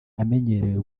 amenyerewe